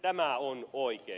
tämä on oikein